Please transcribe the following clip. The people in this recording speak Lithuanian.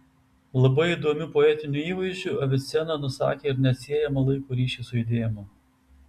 labai įdomiu poetiniu įvaizdžiu avicena nusakė ir neatsiejamą laiko ryšį su judėjimu